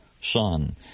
Son